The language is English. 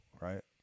right